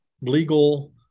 legal